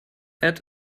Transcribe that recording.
add